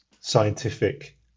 Scientific